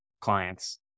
clients